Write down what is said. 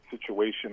situation